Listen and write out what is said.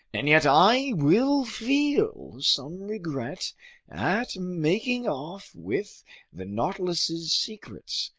and yet i will feel some regret at making off with the nautilus's secrets,